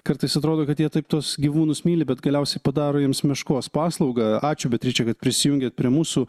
kartais atrodo kad jie taip tuos gyvūnus myli bet galiausiai padaro jiems meškos paslaugą ačiū beatriče kad prisijungėt prie mūsų